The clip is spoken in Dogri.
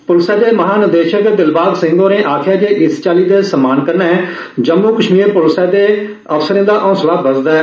पुलसै दे महा निदेशक दिलबाग सिंह होरें आक्खेआ जे इस चाल्ली दे सम्मान कन्नै जम्मू कश्मीर पुलस दे अफसरें दा हौंसला बघदा ऐ